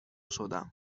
شدم